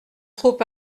trop